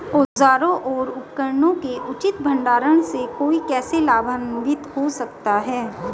औजारों और उपकरणों के उचित भंडारण से कोई कैसे लाभान्वित हो सकता है?